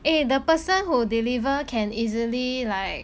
eh the person who deliver can easily like